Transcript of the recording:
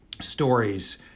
stories